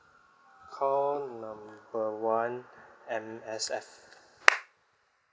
call number one M_S_F